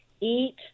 eat